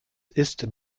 ist